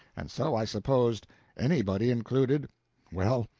and so i supposed anybody included well,